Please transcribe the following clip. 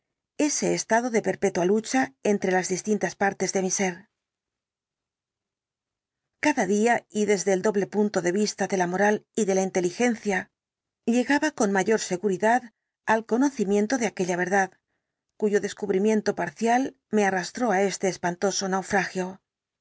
ese estado de perpetua lucha entre las distintas partes de mi ser cada día y desde el doble punto de vista de la moral y de la inteligencia llegaba con mayor seguridad al conocimiento de aquella verdad cuyo descubrimiento parcial me arrastró á este espantoso naufragio